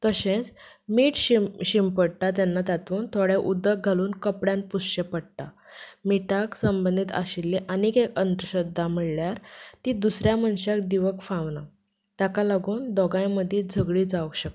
तशेंच मीठ मीठ शिंपडायता तातूंत थोडें उदक घालून कपड्यान शिंपडचें पडटा मिठाक संबंदीत आशिल्लें आनी एक अंदश्रद्धा म्हणल्यार ती दुसऱ्या मनशाक दिवप फावना ताका लागून दोगांय मदीं झगडी जावंक शकता